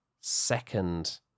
second